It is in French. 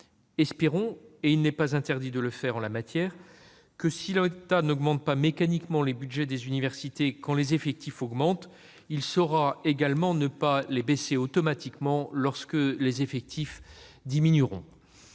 Espérons- ce n'est pas interdit ... -que, si l'État n'augmente pas mécaniquement le budget des universités quand les effectifs augmentent, il saura également ne pas le diminuer automatiquement quand les effectifs diminueront.